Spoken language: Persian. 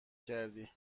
کردی